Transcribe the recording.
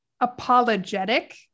apologetic